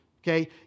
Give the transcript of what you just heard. Okay